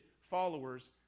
followers